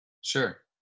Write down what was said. Sure